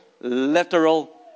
literal